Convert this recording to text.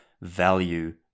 value